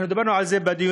אנחנו דיברנו על זה בדיונים,